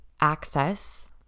access